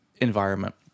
environment